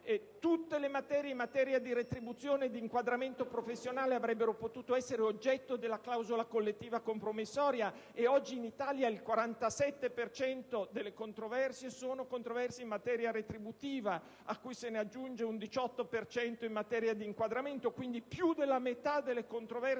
Tutte le vertenze in materia di retribuzione o di inquadramento professionale avrebbero potuto essere oggetto della clausola collettiva compromissoria. Oggi, in Italia, il 47 per cento delle controversie riguarda proprio questioni retributive, a cui se ne aggiunge un 18 per cento in materia di inquadramento. Quindi, più della metà delle controversie